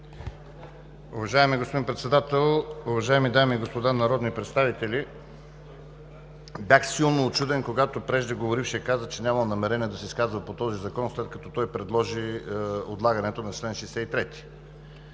Уважаеми господин Председател, уважаеми дами и господа народни представители! Бях силно учуден, когато преждеговорившият каза, че нямал намерение да се изказва по този закон, след като той предложи отлагането на чл. 63.